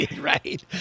Right